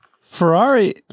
Ferrari